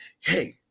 hey